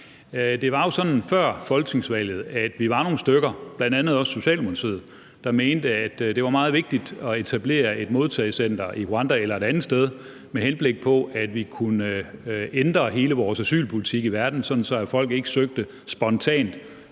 Det var jo sådan før folketingsvalget, at vi var nogle partier, bl.a. også Socialdemokratiet, der mente, at det var meget vigtigt at etablere et modtagecenter i Rwanda eller et andet sted, med henblik på at vi kunne ændre hele vores asylpolitik i verden, sådan at folk ikke søgte spontant